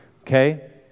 okay